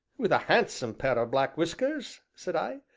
with a handsome pair of black whiskers? said i.